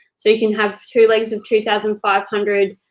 so you can have two legs with two thousand five hundred,